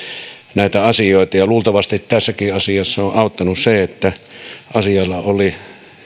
näitä asioita luultavasti tässäkin asiassa on auttanut se että asialla oli